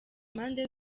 impande